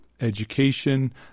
education